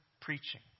preaching